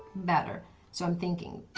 better, so i'm thinking,